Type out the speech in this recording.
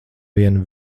vien